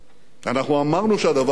אנחנו אמרנו שהדבר הזה יקרה.